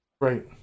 right